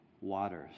Waters